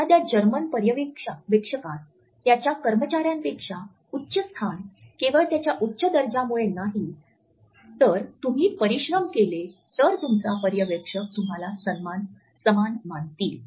एखाद्या जर्मन पर्यवेक्षकास त्याच्या कर्मचार्यांपेक्षा उच्च स्थान केवळ त्याचा उच्च दर्जामुळे नाही जर तुम्ही परिश्रम केले तर तुमचा पर्यवेक्षक तुम्हाला समान मानतील